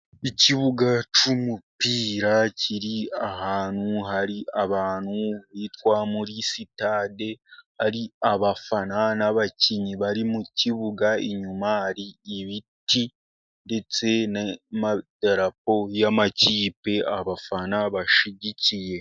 Ikibuga cy'umupira kiri ahantu hari abantu hitwa muri sitade, ari abafana n'abakinnyi bari mu kibuga, inyuma hari ibiti ndetse n'amadarapo y'amakipe abafana bashyigikiye.